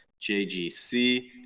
jgc